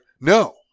no